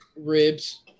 ribs